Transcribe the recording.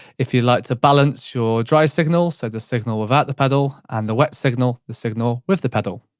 if you like to balance your dry signals so the signal without the pedal. and the wet signal, the signal with the pedal.